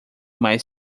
mais